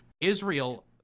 Israel